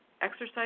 Exercise